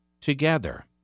together